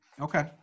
Okay